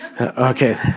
Okay